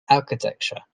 architecture